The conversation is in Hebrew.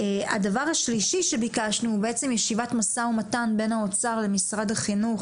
הדבר השלישי שביקשנו הוא בעצם ישיבת משא ומתן בין האוצר למשרד החינוך,